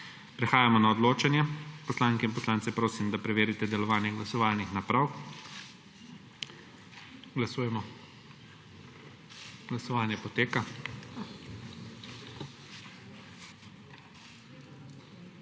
Prehajamo na odločanje. Poslanke in poslance prosim, da preverite delovanje glasovalnih naprav. Glasujemo. Navzočih